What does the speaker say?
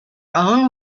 own